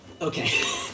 Okay